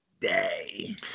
day